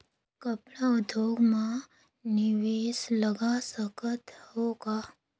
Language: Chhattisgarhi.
कपड़ा उद्योग म निवेश लगा सकत हो का?